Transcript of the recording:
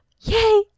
Yay